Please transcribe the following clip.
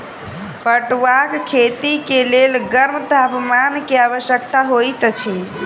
पटुआक खेती के लेल गर्म तापमान के आवश्यकता होइत अछि